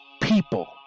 people